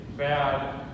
Bad